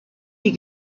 die